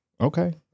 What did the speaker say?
Okay